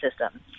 system